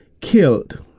killed